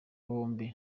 bombi